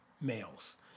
males